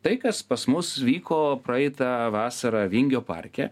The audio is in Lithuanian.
tai kas pas mus vyko praeitą vasarą vingio parke